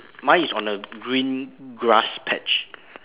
mine is on a green grass patch